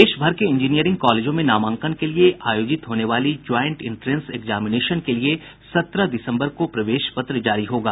देशभर के इंजीनियरिंग कॉलेजों में नामांकन के लिए आयोजित होने वाली ज्वाइंट इंट्रेंस एग्जामिनेशन के लिए सत्रह दिसम्बर को प्रवेश पत्र जारी होगा